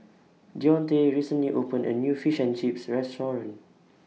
Deonte recently opened A New Fish and Chips Restaurant